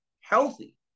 healthy